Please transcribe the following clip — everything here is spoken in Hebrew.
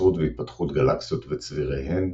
היווצרות והתפתחות גלקסיות וצביריהן,